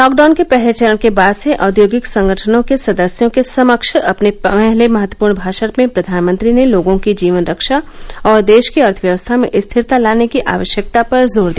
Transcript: lockdown के पहले चरण के बाद से औदयोगिक संगठनों के सदस्यों के समक्ष अपने पहले महत्वपूर्ण भाषण में प्रधानमंत्री ने लोगों की जीवन रक्षा और देश की अर्थव्यवस्था में स्थिरता लाने की आवश्यकता पर जोर दिया